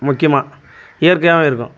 முக்கியமாக இயற்கையாகவும் இருக்கும்